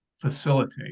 facilitate